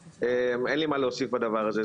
אין לי מה להוסיף לדבר הזה,